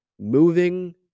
Moving